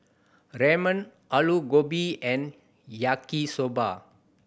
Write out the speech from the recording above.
Ramen Alu Gobi and Yaki Soba